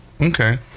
okay